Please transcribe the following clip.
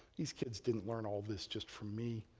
these kids didn't learn all this just from me.